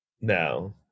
no